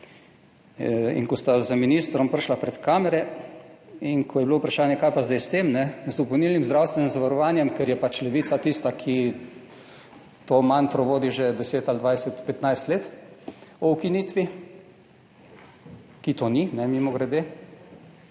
Ko sta z ministrom prišla pred kamere in ko je bilo vprašanje, kaj je pa zdaj s tem, z dopolnilnim zdravstvenim zavarovanjem, ker je pač Levica tista, ki to mantro vodi že 10 ali 20, 15 let o ukinitvi, ki to ni, mimogrede,